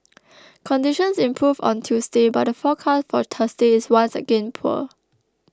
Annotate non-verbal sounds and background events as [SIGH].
[NOISE] conditions improved on Tuesday but the forecast for Thursday is once again poor